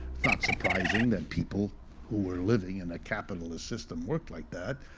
not surprising that people who were living in a capitalist system worked like that,